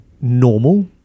normal